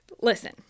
Listen